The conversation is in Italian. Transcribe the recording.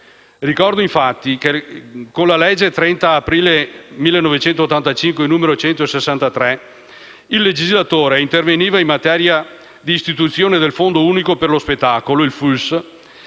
Ricordo, infatti, che con la legge 30 aprile 1985, n. 163, il legislatore interveniva in materia con l'istituzione del Fondo unico per lo spettacolo (FUS),